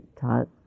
taught